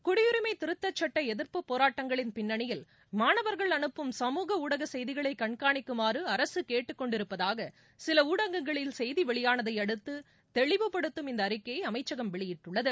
குடியுரிமை திருத்த சுட்ட எதிர்ப்பு போராட்டங்கள் பின்னணியில் மாணவர்கள் அனுப்பும் சமூக ஊடக செய்திகளை கண்காணிக்குமாறு அரசு கேட்டுக்கொண்டிருப்பதாக சில ஊடகங்களில் செய்தி வெளியானதை அடுத்து தெளிவுபடுத்தும் இந்த அறிக்கையை அமைச்சகம் வெளியிட்டுள்ளது